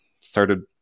started